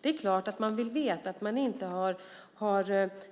Det är klart att man vill veta att man inte har